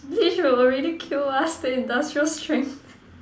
bleach will already kill us the industrial strength